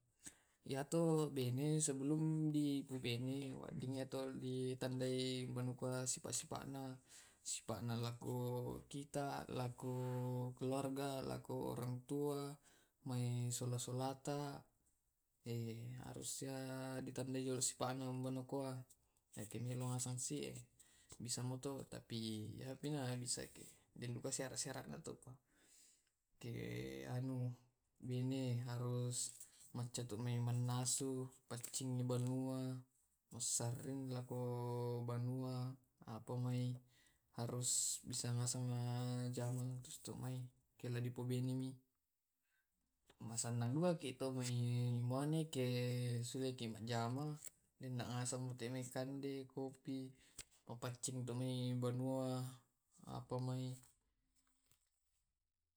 Iyatu bene sebelum dipubene wedding ya tu di tandai banuka sipa sipakna. Sipakna lao ku kita, lako ku keluarga, la ko orang tua mae sola solata, harus ditandai jolo sipana manokoa musansie. Bisamotoka tapi denduka sera serana to ka ke anu, bine harus maccatu mae manasu, paccingi banua, massarring lako banua, apa mai harus bisa masama jama estumai ku pabenei. Masanang juga ki to mai maneke sulake majama ne na aseng tu mai kande, kopi, papacing tu mai banua apa mai.